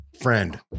friend